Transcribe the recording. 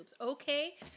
Okay